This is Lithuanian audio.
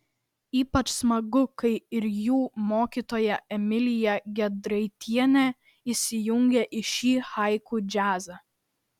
ypač smagu kad ir jų mokytoja emilija gedraitienė įsijungė į šį haiku džiazą